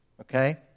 Okay